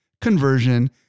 conversion